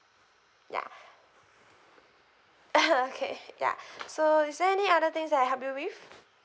ya okay ya so is there any other things that I help you with